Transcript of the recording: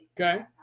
Okay